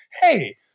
hey